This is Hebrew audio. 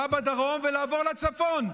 הכרעה בדרום, ולעבור לצפון.